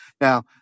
Now